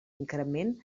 increment